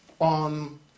on